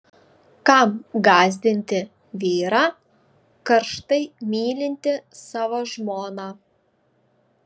kam gąsdinti vyrą karštai mylintį savo žmoną